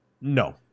No